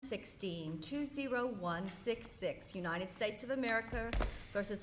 sixteen two zero one six six united states of america versus